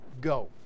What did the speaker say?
go